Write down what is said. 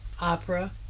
opera